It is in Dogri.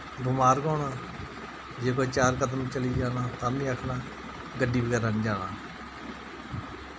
बमार गै होना जे कोई चार कदम चली जा तां तामि आक्खना गड्डी बगैरा निं जाना